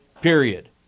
Period